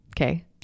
Okay